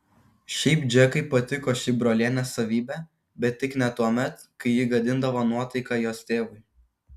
šiaip džekai patiko ši brolienės savybė bet tik ne tuomet kai ji gadindavo nuotaiką jos tėvui